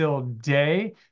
Day